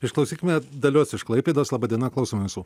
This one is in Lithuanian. išklausykime dalios iš klaipėdos laba diena klausom jūsų